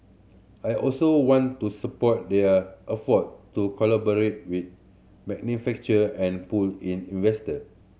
I also want to support their to collaborate with manufacturer and pull in investor